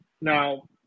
Now